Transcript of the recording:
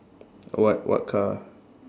what what car